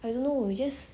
I don't know you just